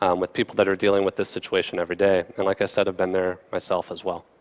um with people that are dealing with this situation every day. and like i said, i've been there myself, as well.